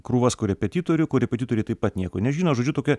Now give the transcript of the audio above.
krūvas korepetitorių korepetitoriai taip pat nieko nežino žodžiu tokia